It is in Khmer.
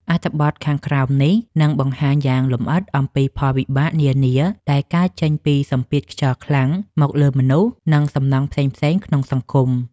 អត្ថបទខាងក្រោមនេះនឹងបង្ហាញយ៉ាងលម្អិតអំពីផលវិបាកនានាដែលកើតចេញពីសម្ពាធខ្យល់ខ្លាំងមកលើមនុស្ស និងសំណង់ផ្សេងៗក្នុងសង្គម។